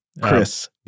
Chris